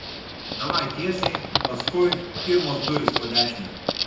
davai tiesiai paskui pirmos durys po dešinei